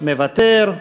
מוותר,